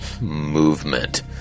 movement